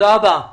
אני